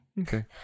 Okay